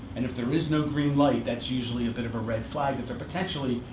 and if there is no green light, that's usually a bit of a red flag that there, potentially,